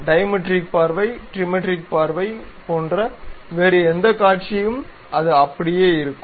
dimetric பார்வை trimetric பார்வை போன்ற வேறு எந்தக் காட்சியும் அதும் இப்படியே இருக்கும்